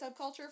subculture